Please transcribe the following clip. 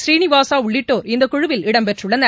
சீனிவாசா உள்ளிட்டோர் இந்தக்குழுவில் இடம் பெற்றுள்ளனர்